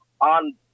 on